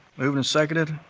moved and seconded.